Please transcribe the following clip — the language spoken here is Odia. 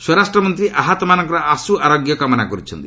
ସ୍ୱରାଷ୍ଟ୍ରମନ୍ତ୍ରୀ ଆହତମାନଙ୍କର ଆଶ୍ର ଆରୋଗ୍ୟ କାମନା କରିଛନ୍ତି